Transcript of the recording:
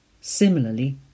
Similarly